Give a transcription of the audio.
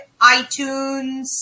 iTunes